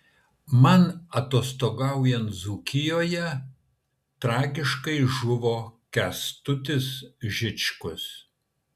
man atostogaujant dzūkijoje tragiškai žuvo kęstutis žičkus